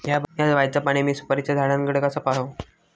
हया बायचा पाणी मी सुपारीच्या झाडान कडे कसा पावाव?